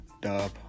dub